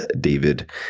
David